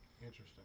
Interesting